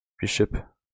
Bishop